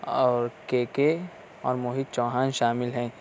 اور کے کے اور موہت چوہان شامل ہیں